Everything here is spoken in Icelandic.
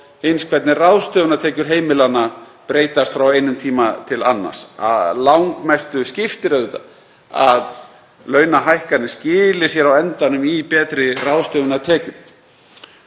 hins hvernig ráðstöfunartekjur heimilanna breytast frá einum tíma til annars, langmestu skiptir auðvitað að launahækkanir skili sér á endanum í meiri ráðstöfunartekjum.